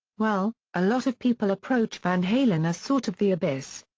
well, a lot of people approach van halen as sort of the abyss.